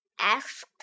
Asked